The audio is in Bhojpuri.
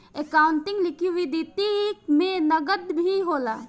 एकाउंटिंग लिक्विडिटी में नकद भी होला